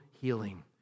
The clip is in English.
healing